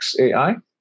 XAI